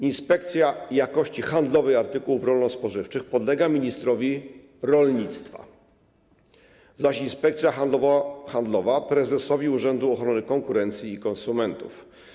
Inspekcja Jakości Handlowej Artykułów Rolno-Spożywczych podlega ministrowi rolnictwa, zaś Inspekcja Handlowa - prezesowi Urzędu Ochrony Konkurencji i Konsumentów.